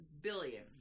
billion